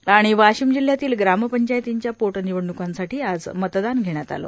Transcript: आणि वाशिम जिल्हयातील ग्रामपंचायतींच्या पोटनिवडणुकांसाठी आज मतदान घेण्यात आलं